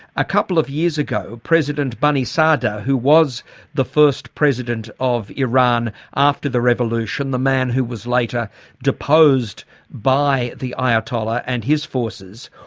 a couple of years ago president banisadr who was the first president of iran after the revolution, the man who was later deposed by the ayatollah and his forces,